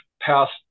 passed